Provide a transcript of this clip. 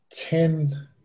ten